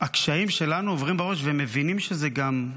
הקשיים שלנו עוברים בראש והם מבינים שזה גם,